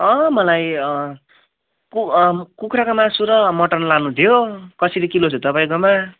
अँ मलाई कु कुखुराको मासु र मटन लानु थियो कसरी किलो छ तपाईँकोमा